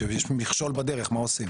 כשיש מכשול בדרך מה עושים?